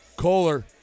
Kohler